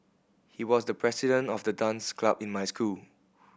he was the president of the dance club in my school